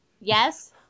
Yes